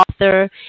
Author